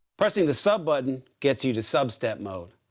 pressing the sub button gets you to sub step mode.